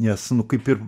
nes nu kaip ir